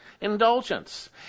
indulgence